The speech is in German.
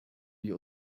wir